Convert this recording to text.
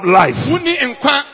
life